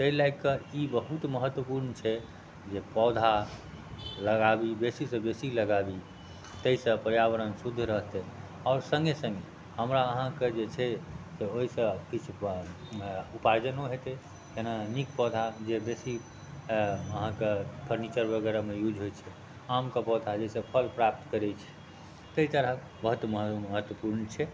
एहि लै कऽ ई बहुत महत्वपूर्ण छै जे पौधा लगाबी बेसीसँ बेसी लागाबी ताहिसँ पर्यावरण शुद्ध रहतै आओर सङ्गे सङ्गे हमरा अहाँकेँ जे छै तऽ ओहिसँ किछु उपार्जनो हेतै जेना नीक पौधा जे बेसी अहाँकेँ फर्नीचर वगैरहमे यूज होइत छै आमके पौधा जाहिसँ फल प्राप्त करैत छै ताहि तरहक बहुत महत्वपूर्ण छै